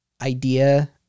idea